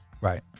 Right